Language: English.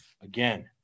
again